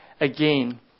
again